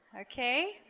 Okay